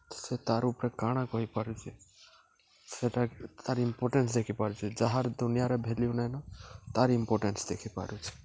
ସେ ତାର୍ ଉପ୍ରେ କାଣା କହିପାରୁଚେ ସେଟା ତାର୍ ଇମ୍ପୋର୍ଟେନ୍ସ ଦେଖିପାରୁଚେ ଯାହାର୍ ଦୁନିଆରେ ଭ୍ୟାଲ୍ୟୁ ନାଇଁନ ତାର୍ ଇମ୍ପୋର୍ଟେନ୍ସ ଦେଖିପାରୁଚେ